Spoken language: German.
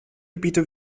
gebiete